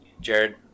Jared